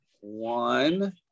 one